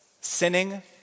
sinning